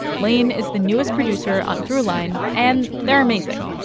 laine is the newest producer on throughline, and they're amazing.